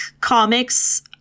comics